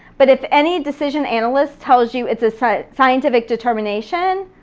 but if any decision analyst tells you it's a so scientific determination,